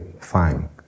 fine